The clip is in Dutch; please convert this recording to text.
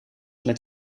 met